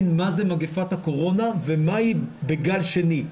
מה זה מגפת הקורונה ומה היא בגל שני,